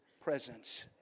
presence